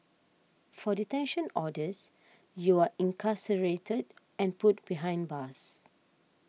for detention orders you're incarcerated and put behind bars